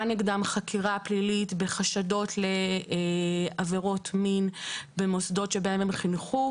נגדם חקירה פלילית בחשדות לעבירות מין במוסדות שבהם הם חינכו,